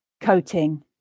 Coating